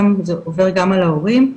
זה עובר גם אל ההורים.